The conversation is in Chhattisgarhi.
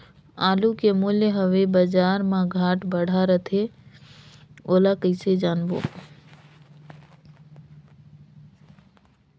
आलू के मूल्य हवे बजार मा घाट बढ़ा रथे ओला कइसे जानबो?